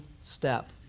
step